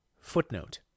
Footnote